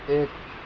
ایک